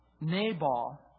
Nabal